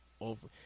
over